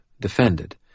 defended